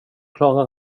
klarar